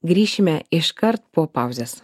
grįšime iškart po pauzės